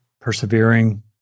persevering